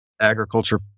agriculture